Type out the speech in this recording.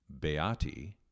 Beati